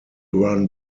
run